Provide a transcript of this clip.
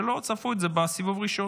שלא צפו בזה בסיבוב הראשון.